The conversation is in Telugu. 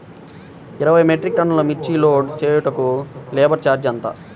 ఇరవై మెట్రిక్ టన్నులు మిర్చి లోడ్ చేయుటకు లేబర్ ఛార్జ్ ఎంత?